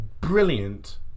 brilliant